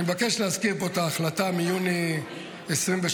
אני מבקש להזכיר פה את ההחלטה מיוני 2023,